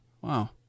Wow